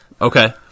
Okay